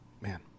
man